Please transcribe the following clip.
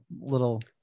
little